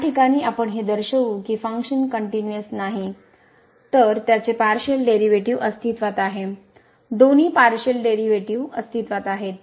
या ठिकाणी आपण हे दर्शवू की फंक्शन कनट्युनिअस नाही तर त्याचे पारशिअल डेरिव्हेटिव्ह अस्तित्वात आहेत दोन्ही पारशिअल डेरिव्हेटिव्ह अस्तित्वात आहेत